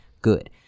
good